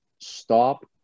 stop